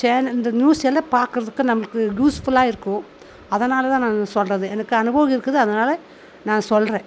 channel இந்த news எல்லாம் பார்க்குறதுக்கு நம்மளுக்கு யூஸ்ஃபுல்லாக இருக்கும் அதனால் தான் நான் சொல்கிறது எனக்கு அனுபவம் இருக்குது அதனால நான் சொல்கிறேன்